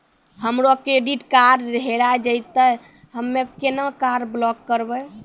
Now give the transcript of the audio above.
हमरो credit card हेरा जेतै ते हम्मय केना कार्ड ब्लॉक करबै?